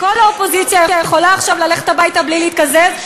כל האופוזיציה יכולה עכשיו ללכת הביתה בלי להתקזז,